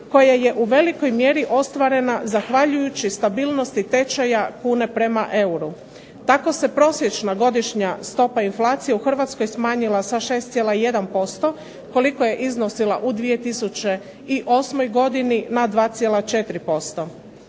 koja je u velikoj mjeri ostvarena zahvaljujući stabilnosti tečaja kune prema euru. Tako se prosječna godišnja stopa inflacije u Hrvatskoj smanjila sa 6,1% koliko je iznosila u 2008. godini na 2,4%.